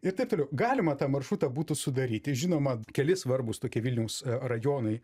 ir taip toliau galima tą maršrutą būtų sudaryti žinoma keli svarbūs tokie vilniaus rajonai